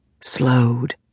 slowed